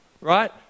right